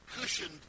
Cushioned